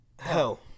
Hell